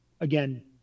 again